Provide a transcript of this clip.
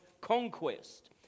conquest